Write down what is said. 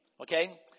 Okay